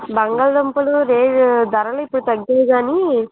బంగాళదుంపలు రే ధరలు ఇప్పుడు తగ్గాయి కానీ